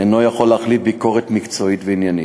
אינו יכול להחליף ביקורת מקצועית ועניינית.